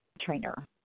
trainer